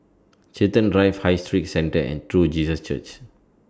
Chiltern Drive High Street Centre and True Jesus Church